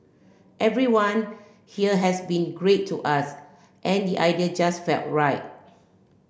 everyone here has been great to us and the idea just felt right